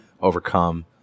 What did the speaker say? overcome